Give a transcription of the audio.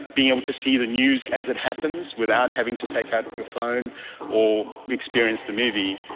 being able to see the news as it happens without having to take out your phone or experience the movie.